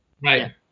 Right